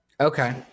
Okay